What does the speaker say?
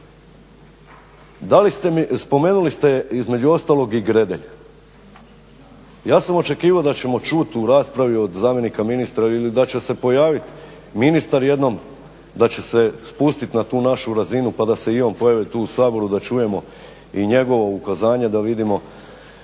i to kako. Spomenuli ste između ostalog i Gredelj. Ja sam očekivao da ćemo čuti u raspravi od zamjenika ministra ili da će se pojaviti ministar jednom, da će se spustiti na tu našu razinu, pa da se i on pojavi tu u Saboru, da čujemo i njegovo ukazanje, da vidimo